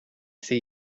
see